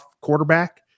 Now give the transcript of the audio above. quarterback